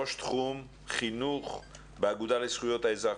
ראש תחום חינוך באגודה לזכויות האזרח